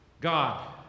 God